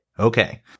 Okay